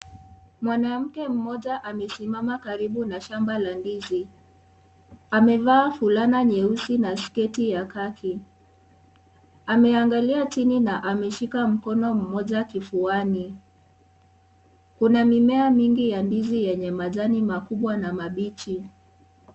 Mwanamke mmoja amesimama karibu na shamba la ndizi , amevaa fulana nyeusi na sketi ya ghaki, ameangalia chini na ameshika mkono moja kifuani . Kuna mime mingi ya ndizi yenye majani makubwa na mabichi.